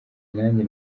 najye